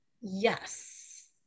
Yes